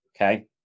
okay